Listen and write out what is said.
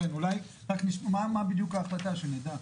כן, אולי, מה בדיוק ההחלטה, שנדע.